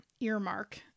earmark